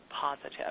positive